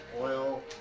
Oil